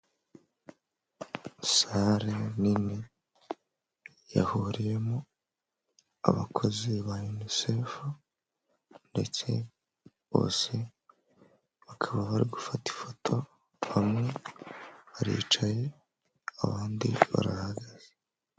Sale nini. Yahuriyemo abakozi ba Unicef, ndetse bose bakaba bari gufata ifoto, bamwe baricaye abandi barahagaze.